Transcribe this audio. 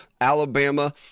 Alabama